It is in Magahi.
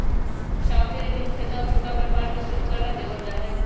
सावधि ऋण मुख्यत छोटा व्यापार के शुरू करे ला देवल जा हई